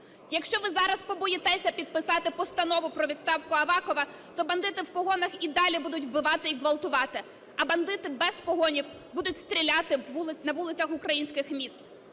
Якщо ви зараз побоїтеся підписати постанову про відставку Авакова, то бандити в погонах і далі будуть вбивати і ґвалтувати, а бандити без погонів будуть стріляти на вулицях українських міст.